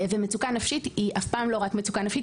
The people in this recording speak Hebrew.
מצוקה נפשית היא אף פעם לא רק מצוקה נפשית,